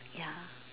ya